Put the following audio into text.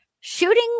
shooting